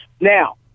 Now